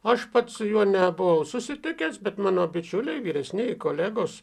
aš pats su juo nebuvau susitikęs bet mano bičiuliai vyresnieji kolegos